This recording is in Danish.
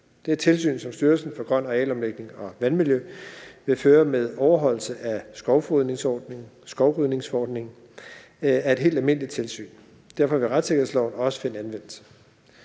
Det tilsyn, som Styrelsen for Grøn Arealomlægning og Vandmiljø vil føre med overholdelsen af skovrydningsforordningen, er et helt almindeligt tilsyn, og derfor vil retssikkerhedsloven også finde anvendelse.